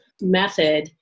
method